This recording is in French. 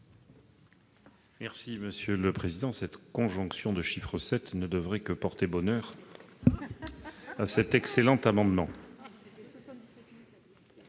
Monsieur le président, cette conjonction de chiffres 7 ne peut que porter bonheur à cet excellent amendement.